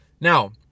Now